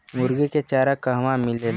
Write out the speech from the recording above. मुर्गी के चारा कहवा मिलेला?